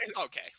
Okay